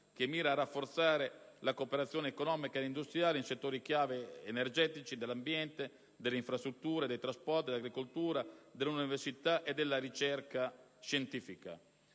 che mira a rafforzare la cooperazione economica e industriale in settori chiave quali l'energia, l'ambiente, le infrastrutture, i trasporti, l'agricoltura, l'università e la ricerca scientifica.